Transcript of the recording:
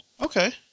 Okay